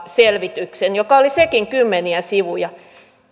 selvityksen joka oli sekin kymmeniä sivuja